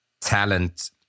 talent